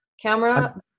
camera